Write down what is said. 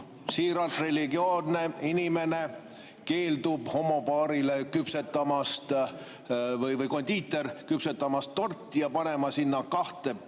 siiralt religioosne inimene, keeldub homopaarile küpsetamast, või kondiiter keeldub küpsetamast torti ja panemast kahte